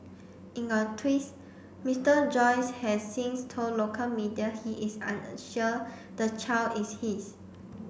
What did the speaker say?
in a twist Mister Joyce has since told local media he is unsure the child is his